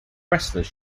wrestlers